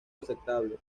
aceptable